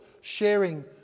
sharing